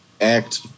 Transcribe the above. Act